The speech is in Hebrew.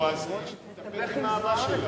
אם היא אוהבת אותו, אז שתתאפק עם האהבה שלה.